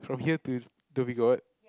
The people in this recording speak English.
from here to Dhoby-Ghaut